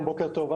בוקר טוב.